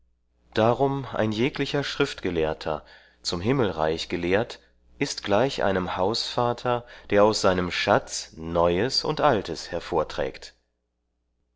darum ein jeglicher schriftgelehrter zum himmelreich gelehrt ist gleich einem hausvater der aus seinem schatz neues und altes